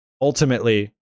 ultimately